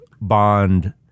bond